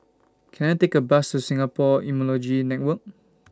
Can I Take A Bus to Singapore Immunology Network